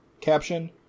caption